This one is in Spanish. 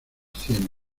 cien